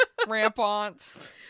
Rampants